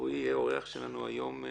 רועי יהיה אורח שלנו היום.